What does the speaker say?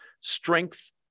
strength